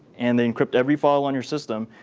and they encrypt every file on your system.